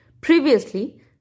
Previously